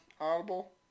Audible